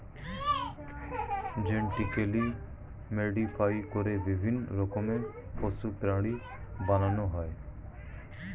genetically modify করে বিভিন্ন রকমের পশু, প্রাণী বানানো হয়